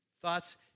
Thoughts